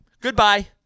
Goodbye